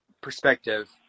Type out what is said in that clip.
perspective